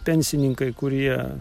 pensininkai kurie